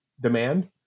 demand